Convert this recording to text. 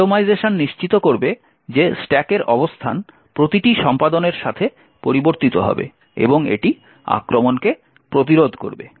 randomization নিশ্চিত করবে যে স্ট্যাকের অবস্থান প্রতিটি সম্পাদনের সাথে পরিবর্তিত হবে এবং এটি আক্রমণ প্রতিরোধ করবে